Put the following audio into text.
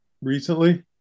Recently